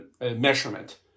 measurement